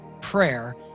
prayer